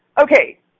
Okay